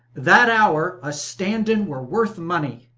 that hour, a standing were worth money.